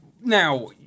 now